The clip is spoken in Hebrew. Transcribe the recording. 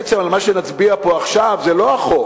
בעצם, על מה שנצביע פה עכשיו, זה לא החוק.